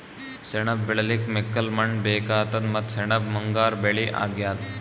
ಸೆಣಬ್ ಬೆಳಿಲಿಕ್ಕ್ ಮೆಕ್ಕಲ್ ಮಣ್ಣ್ ಬೇಕಾತದ್ ಮತ್ತ್ ಸೆಣಬ್ ಮುಂಗಾರ್ ಬೆಳಿ ಅಗ್ಯಾದ್